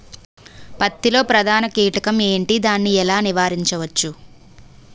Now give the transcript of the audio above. పత్తి లో ప్రధాన కీటకం ఎంటి? దాని ఎలా నీవారించచ్చు?